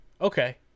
okay